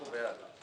אנחנו בעד.